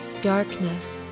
Darkness